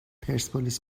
پرسپولیس